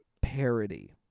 parody